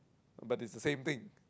but it's the same thing